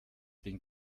den